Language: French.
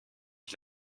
qui